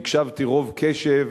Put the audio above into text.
והקשבתי רוב קשב,